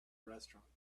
restaurant